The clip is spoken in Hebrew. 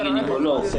אני גניקולוג,